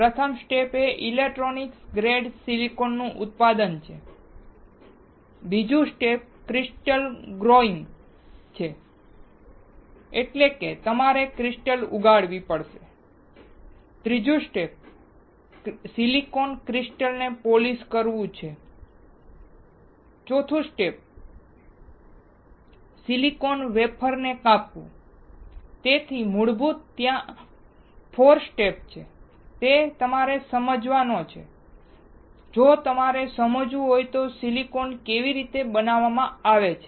પ્રથમ સ્ટેપ એ electronic grade silicon નું ઉત્પાદન છે પછી બીજું સ્ટેપ ક્રિસ્ટલ ગ્રોઇંગ છે એટલે કે તમારે ક્રિસ્ટલ ઉગાડવી પડશે ત્રીજું સ્ટેપ સિલિકોન ક્રિસ્ટલને પોલિશ કરવું છે અને ચોથું સ્ટેપ સિલિકોન વેફર ને કાપવું તેથી મૂળરૂપે ત્યાં 4 સ્ટેપ છે જે તમારે સમજવાના છે જો તમારે સમજવું હોય કે સિલિકોન કેવી રીતે બનાવવામાં આવે છે